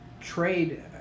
trade